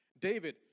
David